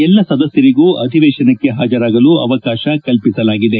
ಎಲ್ಲ ಸದಸ್ಯರಿಗೂ ಅಧಿವೇಶನಕ್ಕೆ ಹಾಜರಾಗಲು ಅವಕಾಶ ಕಲ್ಪಿಸಲಾಗಿದೆ